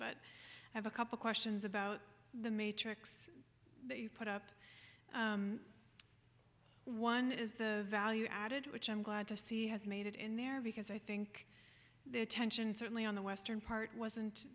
but i have a couple questions about the matrix that you put up one is the value added which i'm glad to see has made it in there because i think the attention certainly on the western part wasn't